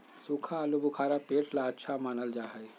सूखा आलूबुखारा पेट ला अच्छा मानल जा हई